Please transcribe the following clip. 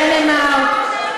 דנמרק,